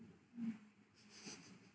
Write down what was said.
mm